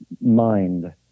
mind